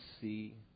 see